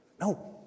No